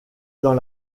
dans